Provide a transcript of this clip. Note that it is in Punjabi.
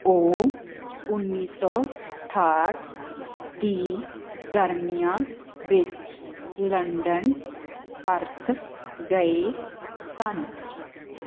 ਉਹ ਉੱਨੀ ਸੌ ਅਠਾਹਠ ਦੀ ਗਰਮੀਆਂ ਵਿੱਚ ਲੰਡਨ ਪਰਤ ਗਏ ਸਨ